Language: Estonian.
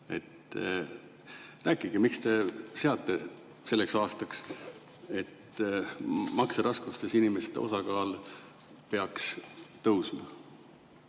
Rääkige, miks te seate selleks aastaks sihi, et makseraskustes inimeste osakaal peaks tõusma.